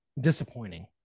disappointing